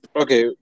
okay